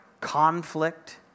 conflict